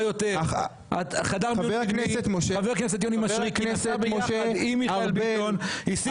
חבר הכנסת יוני משריקי נסע ביחד עם מיכאל ביטון,